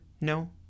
No